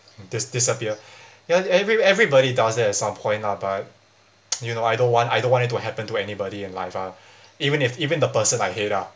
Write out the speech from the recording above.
dis~ disappear ev~ every everybody does that at some point lah but you know I don't want I don't want it to happen to anybody in life ah even if even the person I hate ah